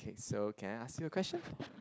so can I ask you a question